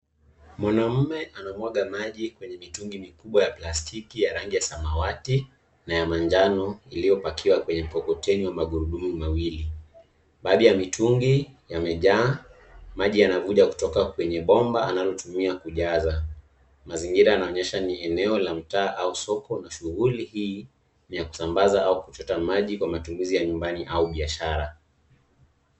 Mwanamume anamwaga maji kwenye mitungi mikubwa ya plastiki ya rangi ya samawati na manjano iliyopakiwa kwenye mkokoteni ya magurudumu mawili. Baadhi ya mitungi yamejaa. Maji yanavuja kutoka kwenye bomba analotumia kujaza. Mazingira yanainyesha ni eneo la mtaa au soko. Shughuli hii ni ya kusambaza au kuchota maji kwa matumizi ya nyumbani au biashara.